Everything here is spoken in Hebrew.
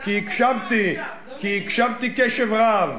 כי הקשבתי קשב רב,